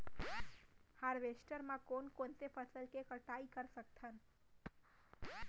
Harvester म कोन कोन से फसल के कटाई कर सकथन?